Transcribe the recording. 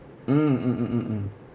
mm mm mm mm mm